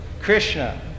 Krishna